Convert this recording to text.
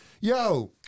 Yo